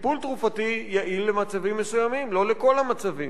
טיפול תרופתי יעיל למצבים מסוימים, לא לכל המצבים.